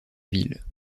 ville